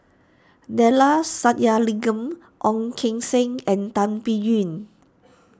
Neila Sathyalingam Ong Keng Sen and Tan Biyun